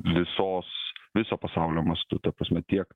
visos viso pasaulio mastu ta prasme tiek